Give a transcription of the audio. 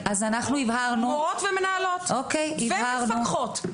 מורות, מנהלות ומפקחות.